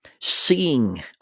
Seeing